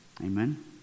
Amen